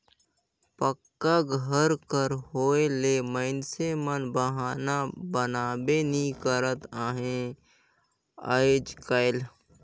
पक्का घर कर होए ले मइनसे मन बहना बनाबे नी करत अहे आएज काएल